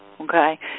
okay